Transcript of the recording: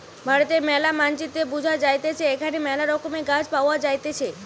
ভারতের ম্যালা মানচিত্রে বুঝা যাইতেছে এখানে মেলা রকমের গাছ পাওয়া যাইতেছে